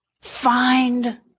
Find